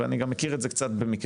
ואני גם מכיר את זה קצת במקרה,